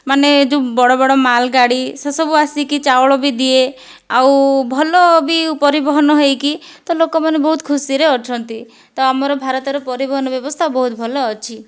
ମାନେ ଯେଉଁ ବଡ଼ ବଡ଼ ମାଲ ଗାଡ଼ି ସେସବୁ ଆସିକି ଚାଉଳ ବି ଦିଏ ଆଉ ଭଲ ବି ପରିବହନ ହୋଇକି ତ ଲୋକମାନେ ବହୁତ ଖୁସିରେ ଅଛନ୍ତି ତ ଆମର ଭାରତର ପରିବହନ ବ୍ୟବସ୍ଥା ବହୁତ ଭଲ ଅଛି